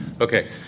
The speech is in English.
Okay